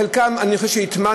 את חלקן אני חושב שהטמענו,